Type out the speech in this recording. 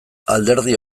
alderdi